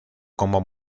como